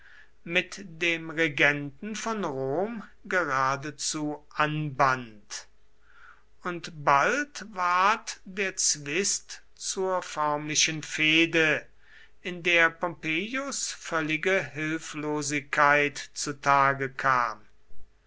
mit dem regenten von rom geradezu anband und bald ward der zwist zur förmlichen fehde in der pompeius völlige hilflosigkeit zu tage kam